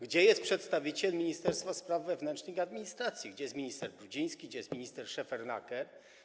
Gdzie jest przedstawiciel Ministerstwa Spraw Wewnętrznych i Administracji, gdzie jest minister Brudziński, gdzie jest minister Szefernaker?